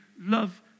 love